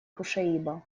кушаиба